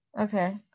Okay